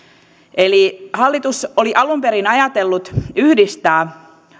eli hallitus oli alun perin ajatellut yhdistää